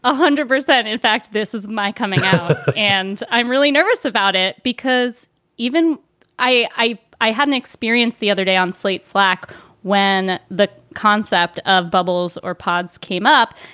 ah hundred percent. in fact, this is my coming and i'm really nervous about it because even i i i hadn't experienced the other day on slate slack when the concept of bubbles or pods came up.